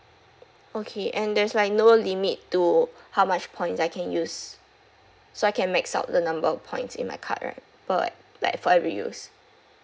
okay and there's like no limit to how much points I can use so I can max out the number of points in my card right per like for every use